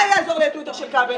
מה יעזור לי הטוויטר של כבל?